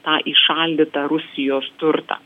tą įšaldytą rusijos turtą